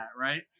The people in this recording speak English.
right